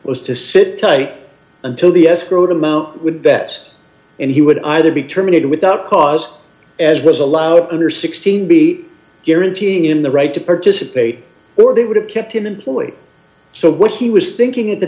was to sit tight until the escrow timo would bet and he would either be terminated without cause as was allowed under sixteen b guaranteeing in the right to participate or they would have kept an employee so what he was thinking at the